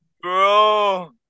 Bro